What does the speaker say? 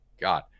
god